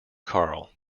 carl